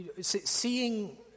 seeing